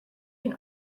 can